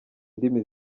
indimi